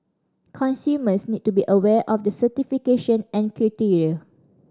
consumers need to be aware of the certification and criteria